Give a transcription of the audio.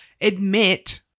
admit